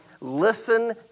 listen